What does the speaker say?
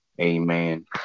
amen